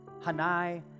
Hanai